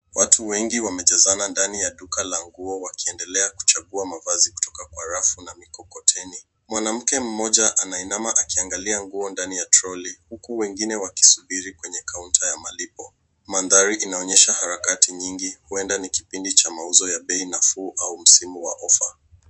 Watu wengine wamejazana ndani ya duka la nguo wakiendelea kuchagua mavazi kutoka kwa rafu na mikokoteni. Mwanamke mmoja anainama akiangalia nguo ndani ya troli huku wengine wakisubiri kwenye kaunta ya malipo. Mandhari inaonyesha harakati nyingi huenda ni kipindi cha mauzo ya bei nafuu au msimu wa ofa.